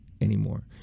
anymore